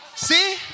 See